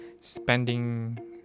spending